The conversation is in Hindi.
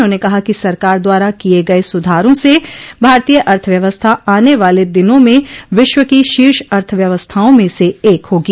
उन्होंने कहा कि सरकार द्वारा किये गये सूधारों से भारतीय अर्थव्यवस्था आने वाले दिनों में विश्व की शीर्ष अर्थव्यवस्थाओं में से एक होगी